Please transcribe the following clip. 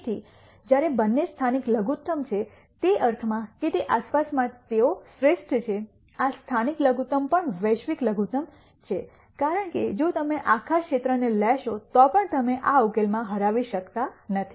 તેથી જ્યારે બંને સ્થાનિક લઘુત્તમ છે તે અર્થમાં કે આસપાસમાં તેઓ શ્રેષ્ઠ છે આ સ્થાનિક લઘુત્તમ પણ વૈશ્વિક લઘુત્તમ છે કારણ કે જો તમે આખા ક્ષેત્રને લેશો તો પણ તમે આ ઉકેલમાં હરાવી શકતા નથી